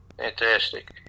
Fantastic